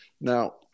Now